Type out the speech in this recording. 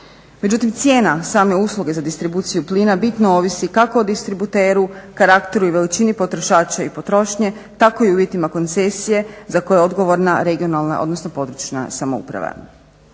Međutim, cijena same usluge za distribuciju plina bitno ovisi kako o distributeru, karakteru i veličini potrošača i potrošnje tako i o uvjetima koncesije za koju je odgovorna regionalna, odnosno područna samouprava.